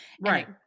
Right